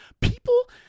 people